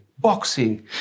boxing